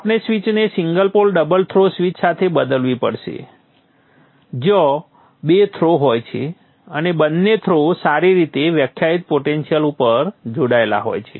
આપણે સ્વીચને single pole double throw switch સાથે બદલવી પડશે જ્યાં બે થ્રો હોય છે અને બંને થ્રો સારી રીતે વ્યાખ્યાયિત પોટેન્શિયલ ઉપર જોડાયેલા હોય છે